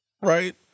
Right